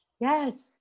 Yes